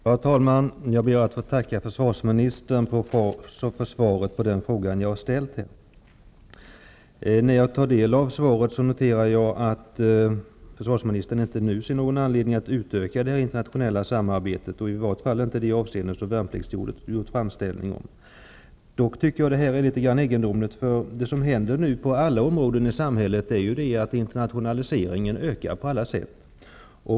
Herr talman! Jag ber att få tacka försvarsministern för svaret på den fråga jag har ställt. När jag tog del av svaret noterade jag att försvarsministern nu inte ser någon anledning att utöka det internationella samarbetet och i varje fall inte i det avseende som värnpliktsrådet har gjort framställning om. Jag tycker dock att det här är litet egendomligt. Inom alla områden i samhället ökar internatio naliseringen.